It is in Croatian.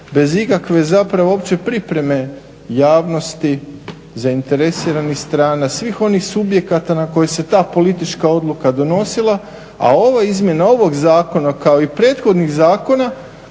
bez ikakve zapravo uopće pripreme javnosti, zainteresiranih strana, svih onih subjekata na koje se ta politička odluka donosila a ove izmjene, ovog zakona kao i prethodnih zakona